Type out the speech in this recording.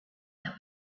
that